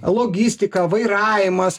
logistika vairavimas